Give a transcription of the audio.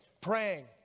praying